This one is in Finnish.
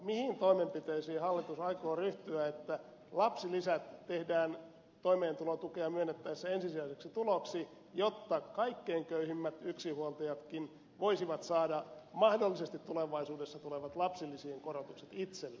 mihin toimenpiteisiin hallitus aikoo ryhtyä että lapsilisät tehdään toimeentulotukea myönnettäessä ensisijaiseksi tuloksi jotta kaikkein köyhimmät yksinhuoltajatkin voisivat saada mahdollisesti tulevaisuudessa tulevat lapsilisien korotukset itselleen